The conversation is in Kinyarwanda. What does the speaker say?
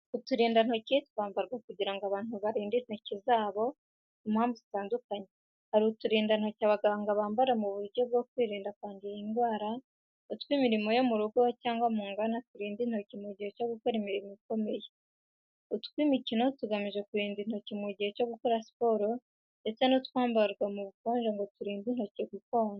Uturindantoki twambarwa kugira ngo abantu barinde intoki zabo ku mpamvu zitandukanye. Hari uturindantoki abaganga bambara mu buryo bwo kwirinda kwandura indwara, utw'imirimo yo mu rugo cyangwa mu nganda turinda intoki mu gihe cyo gukora imirimo ikomeye, utw’imikino tugamije kurinda intoki mu gihe cyo gukora siporo, ndetse n'utwambarwa mu bukonje ngo turinde intoki gukonja.